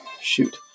shoot